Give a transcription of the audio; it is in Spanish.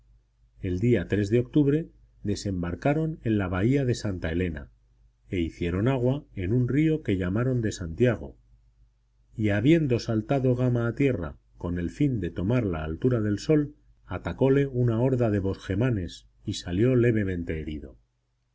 el día de octubre desembarcaron en la bahía de santa elena e hicieron agua en un río que llamaron de santiago y habiendosaltado gama a tierra con el fin de tomar la altura del sol atacóle una horda de bosgemanes y saliólevemente herido